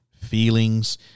feelings